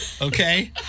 okay